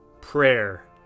prayer